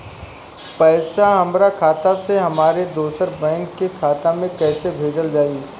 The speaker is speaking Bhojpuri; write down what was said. पैसा हमरा खाता से हमारे दोसर बैंक के खाता मे कैसे भेजल जायी?